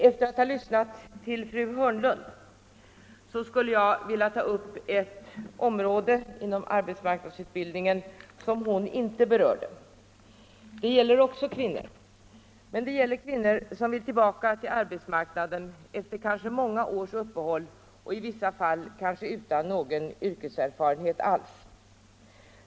Efter att ha lyssnat till fru Hörnlund skulle jag vilja ta upp ett område inom arbetsmarknadsutbildningen som hon inte berörde. Det gäller också kvinnor, men det gäller kvinnor som vill tillbaka till arbetsmarknaden efter kanske många års uppehåll eller i vissa fall utan någon yrkeserfarenhet alls.